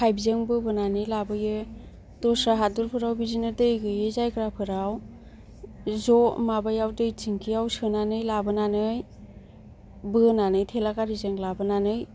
pipe जों बोबोनानै लाबोयो दस्रा हादरफोराव बिदिनो दै गैयि जायगाफोराव ज' माबायाव दै टेंकि याव सोनानै लाबोनानै बोनानै थेला गारिजों लाबोनानै